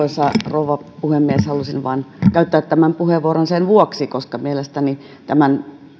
rouva puhemies halusin käyttää tämän puheenvuoron vain sen vuoksi että mielestäni tämän